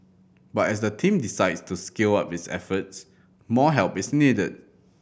but as the team decides to scale up its efforts more help is needed